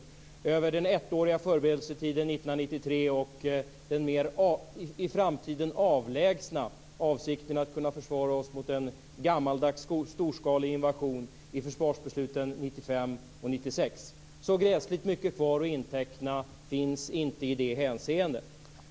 Sedan var det den mer än ettåriga förberedelsetiden 1993 och den mer i framtiden avlägsna avsikten att kunna försvara oss mot en gammeldags storskalig invasion i försvarsbesluten 1995 och 1996. Så gräsligt mycket kvar att inteckna finns inte i det hänseendet.